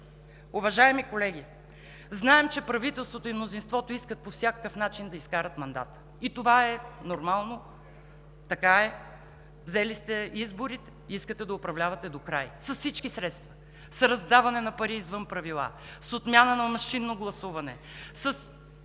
Уважаеми колеги, знаем, че правителството и мнозинството искат по всякакъв начин да изкарат мандата и това е нормално, така е – взели сте изборите и искате да управлявате до край, с всички средства – с раздаване на пари извън правила, с отмяна на машинно гласуване, с